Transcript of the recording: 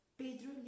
Pedro